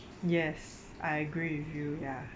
yes I agree with you ya